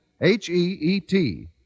H-E-E-T